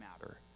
matter